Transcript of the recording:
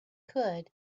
could